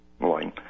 line